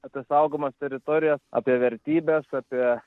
apie saugomas teritorijas apie vertybes apie